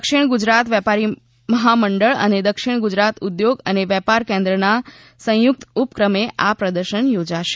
દક્ષિણ ગુજરાત વેપારી મહામંડળ અને દક્ષિણ ગુજરાત ઉદ્યોગ અને વેપાર કેન્દ્રના સંયુક્ત ઉપક્રમે આ પ્રદર્શન યોજાશે